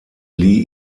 lee